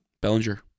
Bellinger